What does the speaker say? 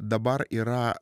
dabar yra